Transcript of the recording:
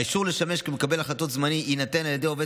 האישור לשמש מקבל החלטות זמני יינתן על ידי עובד